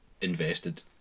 invested